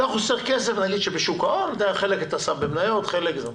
חלק בשוק ההון חלק במניות וכולי.